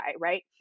right